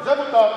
זה מותר.